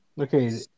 Okay